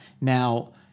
now